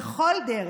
בכל דרך?